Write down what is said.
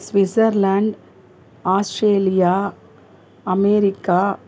Switzerland Australia America